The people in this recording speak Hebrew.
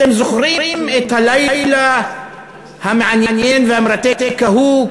אתם זוכרים את הלילה המעניין והמרתק ההוא,